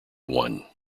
one